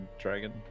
dragon